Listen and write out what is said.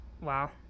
Wow